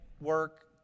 work